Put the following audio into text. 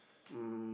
um